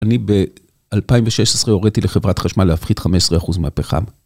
אני ב-2016 הוריתי לחברת חשמל להפחית 15% מהפחם.